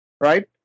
right